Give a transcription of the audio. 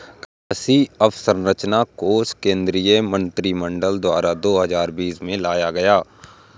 कृषि अंवसरचना कोश केंद्रीय मंत्रिमंडल द्वारा दो हजार बीस में लाया गया